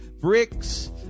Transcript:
bricks